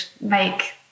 make